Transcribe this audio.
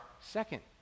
second